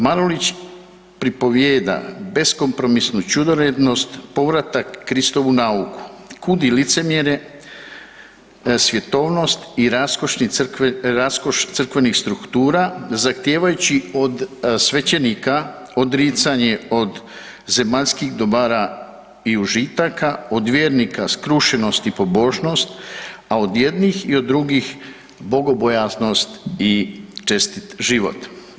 Marulić pripovijeda beskompromisnu ćudorednost, povratak Kristovu nauku, kudi licemjerje, svjetovnost i raskoš crkvenih struktura zahtijevajući od svećenika odricanje od zemaljskih dobara i užitaka, od vjernika skrušenost i pobožnost a od jednih i od drugih bogobojaznost i čestiti život.